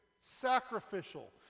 sacrificial